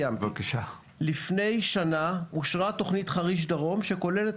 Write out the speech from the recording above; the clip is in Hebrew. לפני שנה אושרה תוכנית חריש דרום שכוללת